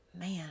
man